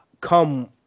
come